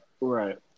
Right